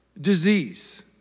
disease